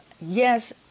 yes